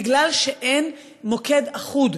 מפני שאין מוקד אחוד,